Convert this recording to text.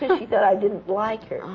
she thought i didn't like her,